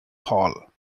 paul